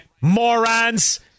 morons